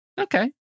Okay